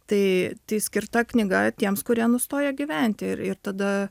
tai skirta knyga tiems kurie nustojo gyventi ir ir tada